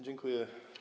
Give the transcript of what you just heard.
Dziękuję.